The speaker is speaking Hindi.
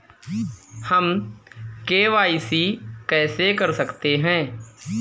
हम के.वाई.सी कैसे कर सकते हैं?